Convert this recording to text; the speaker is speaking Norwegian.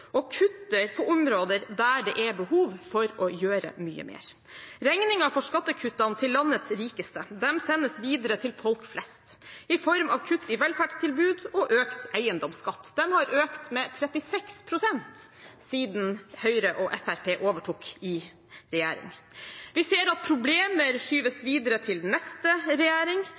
og kutter på områder der det er behov for å gjøre mye mer. Regningen for skattekuttene til landets rikeste sendes videre til folk flest i form av kutt i velferdstilbud og økt eiendomsskatt. Den har økt med 36 pst. siden Høyre og Fremskrittspartiet overtok i regjering. Vi ser at problemer skyves videre til neste regjering,